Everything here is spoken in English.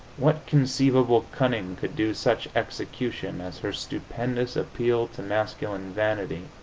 what conceivable cunning could do such execution as her stupendous appeal to masculine vanity,